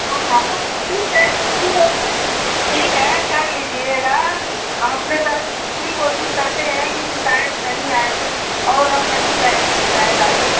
हाँ हाँ तो ठीक है ठीक ऐसा ठीक है कर लीजिएगा हम अपने तरफ से पूरी कोशिश करते हैं कि शिकायत नहीं आएगी और अब नहीं जाएगी शिकायत आगे